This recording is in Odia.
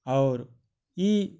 ଔର୍ ଇ